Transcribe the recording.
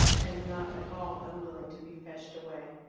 and not at all unwilling to be fetched away.